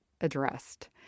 addressed